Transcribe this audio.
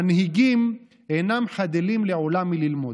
מנהיגים אינם חדלים לעולם מללמוד".